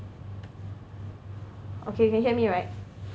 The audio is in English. okay you can hear me right